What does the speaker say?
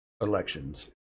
elections